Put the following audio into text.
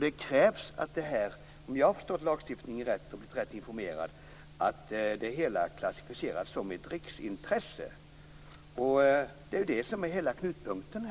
Det krävs, om jag har förstått lagstiftningen rätt och blivit rätt informerad, att det hela klassificeras som ett riksintresse. Det är det som är knutpunkten.